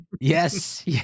Yes